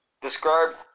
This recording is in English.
Describe